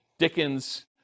Dickens